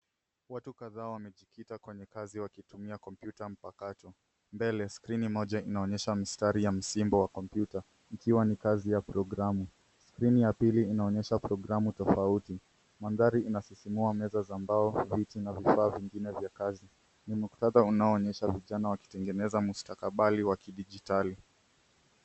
Watu kadhaa wamejikita kwenye kazi wakitumia kompyuta mpakato, mbele skrini moja inaonyesha mistari ya msimbo wa kompyuta ikiwa ni kazi ya programu. Skrini ya pili inaonyesha programu tofauti. Mandhari inasisimua meza za mbao, viti na vifaa vingine vya kazi. Ni muktadha unaoonyesha vijana wakitengeneza mukstakabali wa kidijitali.